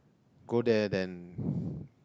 go there then